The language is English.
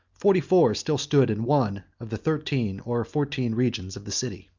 forty-four still stood in one of the thirteen or fourteen regions of the city.